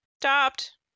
stopped